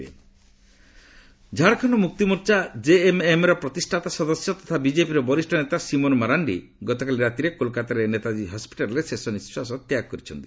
Simone Marandi passes away Jharkhand Mukti Morcha JMM ର ପ୍ରତିଷ୍ଠାତା ସଦସ୍ୟ ତଥା ବିଜେପିର ବରିଷ୍ଠ ନେତା ସିମୋନ୍ ମାରାଣ୍ଡି ଗତକାଲି ରାତିରେ କୋଲକାତାର ନେତାଜୀ ହସ୍କିଟାଲରେ ଶେଷ ନିଃଶ୍ୱାସ ତ୍ୟାଗ କରିଛନ୍ତି